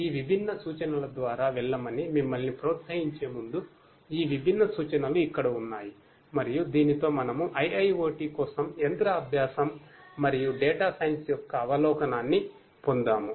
ఈ విభిన్న సూచనల ద్వారా వెళ్ళమని మిమ్మల్ని ప్రోత్సహించే ముందు ఈ విభిన్న సూచనలు ఇక్కడ ఉన్నాయి మరియు దీనితో మనము IIoT కోసం మెషిన్ లెర్నింగ్ యొక్క అవలోకనాన్ని పొందాము